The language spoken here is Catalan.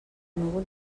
núvol